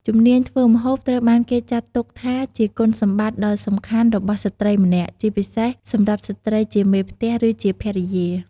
ជំនាញធ្វើម្ហូបត្រូវបានគេចាត់ទុកថាជាគុណសម្បត្តិដ៏សំខាន់របស់ស្ត្រីម្នាក់ ជាពិសេសសម្រាប់ស្ត្រីជាមេផ្ទះ ឬជាភរិយា។